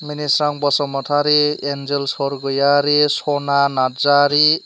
मिनिस्रां बसुमतारी एनजोल सरग'यारि स'ना नार्जारि